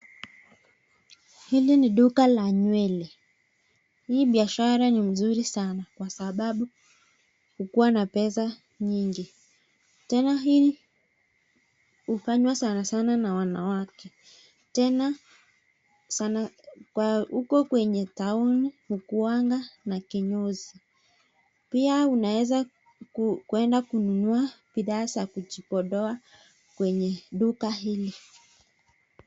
Hili ni duka la nywele, hii biashara ni mzuri sana kwa sababu hukua na pesa nyingi ,Tena hili hufanywa Sanasana Na mwanawake, tena huko town hukua na kinyozi pia unaweza kuenda kununua bidhaa za kujipodoa kwenye duka hili.